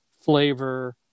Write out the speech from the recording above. flavor